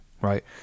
right